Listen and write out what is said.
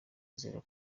azira